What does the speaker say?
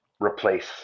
Replace